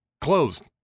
closed